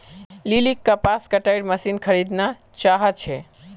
लिलीक कपास कटाईर मशीन खरीदना चाहा छे